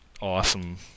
awesome